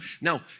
Now